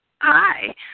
hi